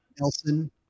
Nelson